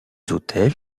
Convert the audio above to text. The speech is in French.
hôtels